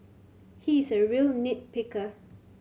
he is a real nit picker